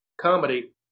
comedy